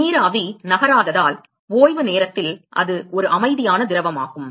நீராவி நகராததால் ஓய்வு நேரத்தில் அது ஒரு அமைதியான திரவமாகும்